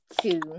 two